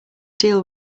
deal